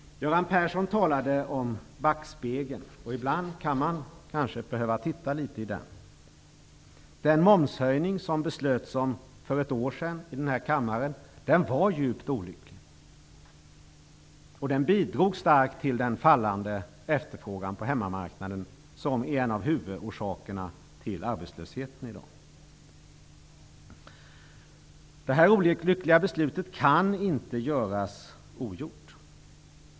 Göran Persson talade om backspegeln, och ibland kan man kanske behöva titta litet i den. Den momshöjning som det beslöts om för ett år sedan i den här kammaren var djupt olycklig, och den bidrog starkt till den fallande efterfrågan på hemmamarknaden, som en av huvudorsakerna till arbetslösheten i dag. Det här olyckliga beslutet kan inte göras ogjort.